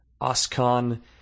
OSCON